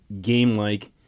game-like